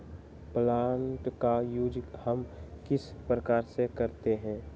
Plant का use हम किस प्रकार से करते हैं?